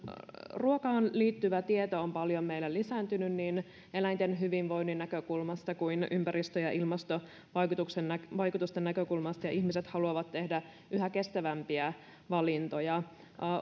ruokaan liittyvä tieto on meillä lisääntynyt paljon niin eläinten hyvinvoinnin näkökulmasta kuin ympäristö ja ilmastovaikutusten näkökulmasta ja ihmiset haluavat tehdä yhä kestävämpiä valintoja